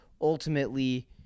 ultimately